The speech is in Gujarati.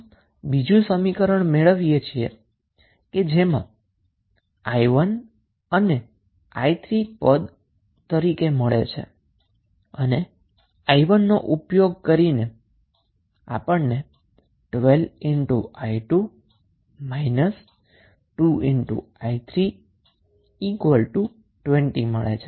આમ બીજું સમીકરણ કે જે માત્ર 𝑖 અને 𝑖3 ના રુપમા છે તેને મેળવવા માટે 𝑖1 નો ઉપયોગ કરશો તમને 12i2 2i3 20 મળશે